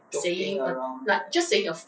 joking around right